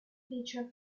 feature